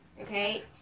Okay